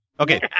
Okay